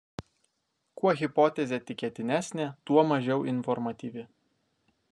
kuo hipotezė tikėtinesnė tuo mažiau informatyvi